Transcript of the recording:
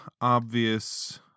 obvious